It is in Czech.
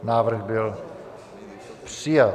Návrh byl přijat.